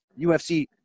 UFC